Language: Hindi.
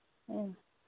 हाँ